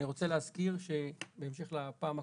אני רוצה להזכיר שבהמשך לפעם הקודמת,